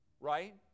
Right